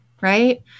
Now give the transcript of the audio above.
right